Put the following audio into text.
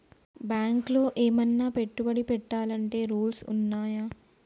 బ్యాంకులో ఏమన్నా పెట్టుబడి పెట్టాలంటే రూల్స్ ఉన్నయా?